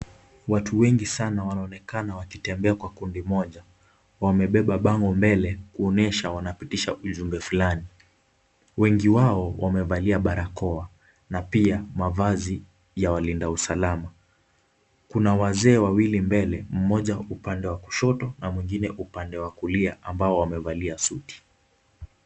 Watu wengi sana wanaonekana wakitembea kwa kundi moja, wamebeba bango mbele kuonyesha kuwa wanapitisha ujumbe fulani. Wengi wao wamevalia barakoa na pia mavazi ya linda usalama. Kuna wazee wawili mbele, mmoja upande wa kushoto na mwingine upande wa kulia ambao wamevalia suti.